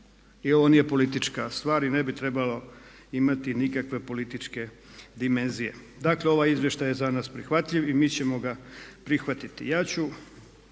I ovo nije politička stvar i ne bi trebalo imati nikakve političke dimenzije. Dakle, ovaj izvještaj je za nas prihvatljiv i mi ćemo ga prihvatiti. Dakle